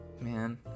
man